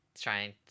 trying